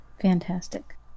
Fantastic